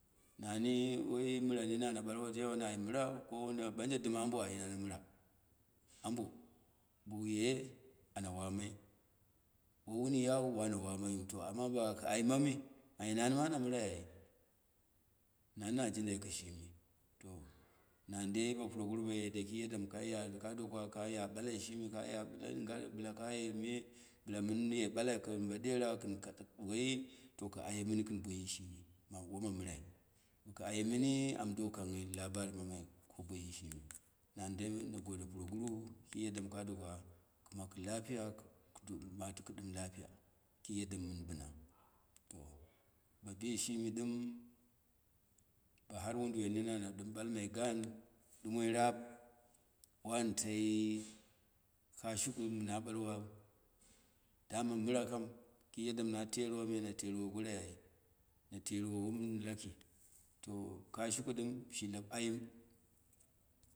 Na ni wai mɨra mini ana balwo cewa na mɨrako wana, bauje dɨm abo ai ana mɨra abo, bouye ana wamai, bo wowun yau wana wanayu to ana baka ai mamɨ ai nani ma ana mɨrai ai, nani na jaridai kɨshini to, nan dei bo puroguru ba yadde ki yadda mɨ kaya ka doka, ka ya balai shimi, kaya bɨla ye me, bɨla mɨn ye ɓala kɨn bo dera woyi, to ka aye mini kɨn boyi shimi ma woma mɨrai ka aye mini, ando kanghai lahari mamai ko boyi shimi, man dei na gode puroguru, ki yaddan ka doka, kɨ maku lapiya kɨ matɨkɨ ɗɨm lafiya ki yadda mɨn bɨma, to ma bishimi ɗɨm ba har woduwoi nene, ana ɗɨm ɓal mai gan, ɗumoi, rap, wantai kashuku mɨna ɓalwa, daman mɨra kam, ki yaddamɨna twerwa me na te eru wo goroi ai ra te erɨ wo wom nin laki, to kashiku ɗɨm shi lau ayim